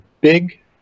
big